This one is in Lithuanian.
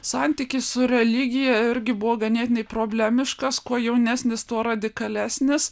santykis su religija irgi buvo ganėtinai problemiškas kuo jaunesnis tuo radikalesnis